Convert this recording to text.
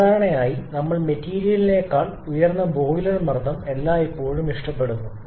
സാധാരണയായി നമ്മൾ മെറ്റീരിയലിനേക്കാൾ ഉയർന്ന ബോയിലർ മർദ്ദം എല്ലായ്പ്പോഴും ഇഷ്ടപ്പെടുന്നു